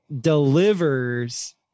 delivers